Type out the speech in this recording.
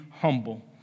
humble